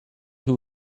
who